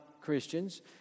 Christians